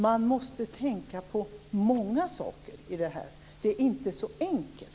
Man måste alltså tänka på många saker. Det är inte så enkelt.